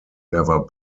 never